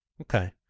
Okay